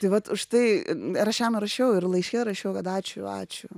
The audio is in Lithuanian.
tai vat už tai ir aš jam rašiau ir laiške rašiau kad ačiū ačiū